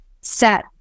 set